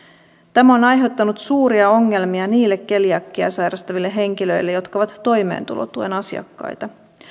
tämä on aiheuttanut suuria ongelmia niille keliakiaa sairastaville henkilöille jotka ovat toimeentulotuen asiakkaita